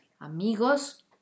Amigos